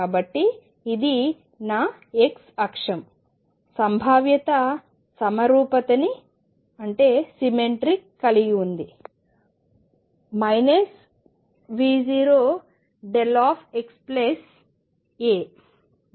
కాబట్టి ఇది నా x అక్షం సంభావ్యత సమరూపతని సిమెట్రిక్ కలిగి ఉంది V0δxa V0δ